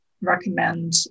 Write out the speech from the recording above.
recommend